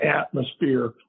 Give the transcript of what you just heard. atmosphere